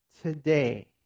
today